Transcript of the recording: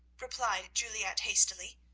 replied juliette hastily.